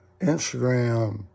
Instagram